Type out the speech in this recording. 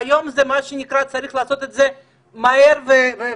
שהיום צריך לעשות את זה מהר והרבה,